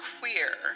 queer